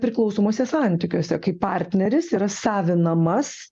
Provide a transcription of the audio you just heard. priklausomuose santykiuose kai partneris yra savinamas